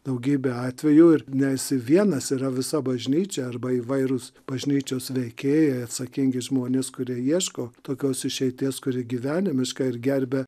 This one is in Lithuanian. daugybė atvejų ir nesi vienas yra visa bažnyčia arba įvairūs bažnyčios veikėjai atsakingi žmonės kurie ieško tokios išeities kuri gyvenimiška ir gerbia